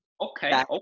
Okay